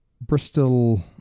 Bristol